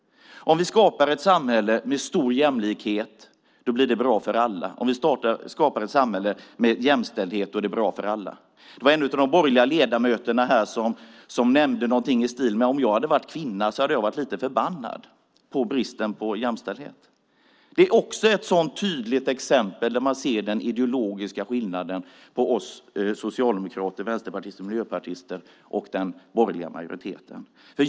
Om vi skapar ett samhälle med stor jämlikhet blir det bra för alla. Om vi skapar ett samhälle med jämställdhet är det bra för alla. Det var en av de borgerliga ledamöterna som här nämnde någonting om att om han hade varit kvinna hade han varit lite förbannad på bristen på jämställdhet. Det är också ett tydligt exempel där man ser den ideologiska skillnaden mellan oss socialdemokrater, vänsterpartister och miljöpartister och den borgerliga majoriteten.